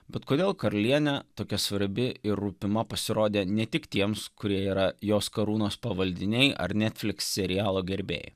bet kodėl karalienė tokia svarbi ir rūpima pasirodė ne tik tiems kurie yra jos karūnos pavaldiniai ar netfliks serialo gerbėjai